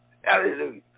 Hallelujah